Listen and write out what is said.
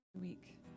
week